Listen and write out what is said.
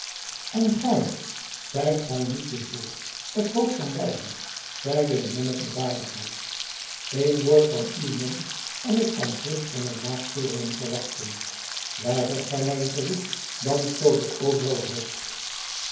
en gij zijt gij niet de heer het hoofd van beiden zeide de monnik met waardigheid eén woord van uw mond en ik kan vrucht van mijn nasporingen verwachten weigert gij mijn verzoek dan stoot ik overal het hoofd